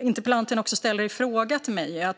Interpellanten har också frågat mig om